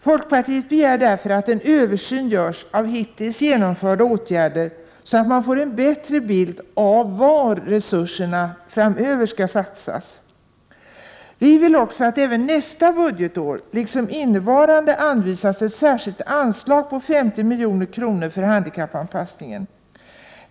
Folkpartiet begär därför att en översyn görs av hittills genomförda åtgärder, så att man får en bättre bild av var resurserna skall satsas framöver. Vi vill också att det även nästa budgetår, liksom innevarande, anvisas ett särskilt anslag på 50 milj.kr. för handikappanpassningen.